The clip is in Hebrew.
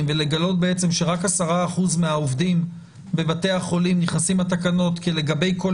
ולגלות שרק 10% מהעובדים בבתי החולים נכנסים לתקנות כי לגבי כל